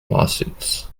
lawsuits